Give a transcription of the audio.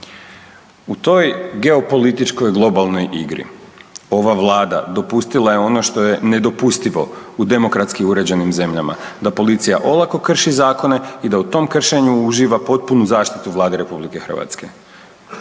U toj geopolitičkoj globalnoj igri ova vlada dopustila je ono što je nedopustivo u demokratski uređenim zemljama da policija olako krši zakone i da u tom kršenju uživa potpunu zaštitu Vlade RH. Iako danas